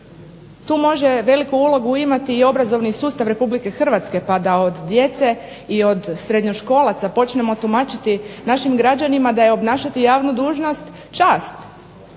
Tu može veliku ulogu imati i obrazovni sustav RH pa da od djece i od srednjoškolaca počnemo tumačiti našim građanima da je obnašati javnu dužnost čast,